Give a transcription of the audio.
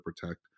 protect